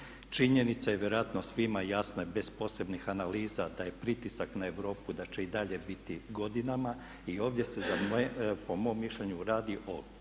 Činjenica je vjerojatno svima jasna i bez posebnih analiza da je pritisak na Europu da će i dalje biti godinama i ovdje se po mom mišljenju radi o